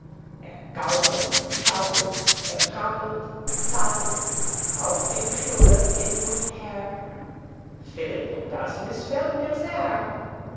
er gaukelt und schaukelt er trappelt und zappelt auf dem stuhle hin und her philipp das mißfällt mir sehr